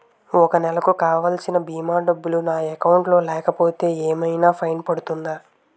ఒక నెలకు కావాల్సిన భీమా డబ్బులు నా అకౌంట్ లో లేకపోతే ఏమైనా ఫైన్ పడుతుందా?